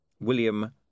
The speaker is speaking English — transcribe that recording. William